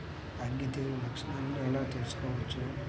అగ్గి తెగులు లక్షణాలను ఎలా తెలుసుకోవచ్చు?